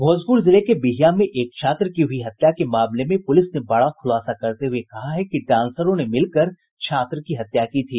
भोजपुर जिले के बिहियां में एक छात्र की हुई हत्या के मामले में पुलिस ने बड़ा खुलासा करते हुये कहा है कि डांसरों ने मिलकर छात्र की हत्या की थी